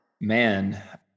Man